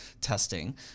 testing